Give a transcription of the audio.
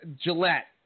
Gillette